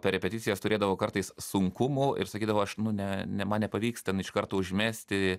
per repeticijas turėdavo kartais sunkumų ir sakydavo aš nu ne ne man nepavyksta iš karto užmesti